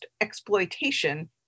exploitation